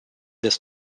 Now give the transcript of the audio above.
this